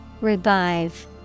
Revive